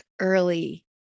early